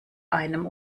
einem